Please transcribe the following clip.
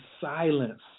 silence